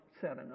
seven